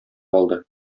алды